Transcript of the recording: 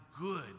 good